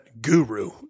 guru